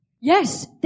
Yes